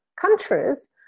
countries